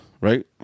right